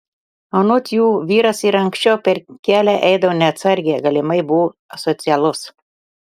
anot jų vyras ir anksčiau per kelią eidavo neatsargiai galimai buvo asocialus